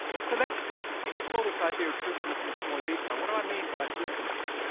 so let's explore this idea of fruitfulness in a bit more detail. what do i mean by fruitfulness?